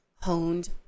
honed